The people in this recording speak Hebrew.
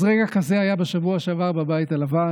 אז רגע כזה היה בשבוע שעבר בבית הלבן.